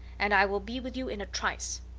and i will be with you in a trice.